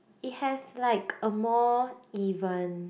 it has like a more even